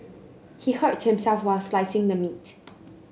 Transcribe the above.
he hurt himself while slicing the meat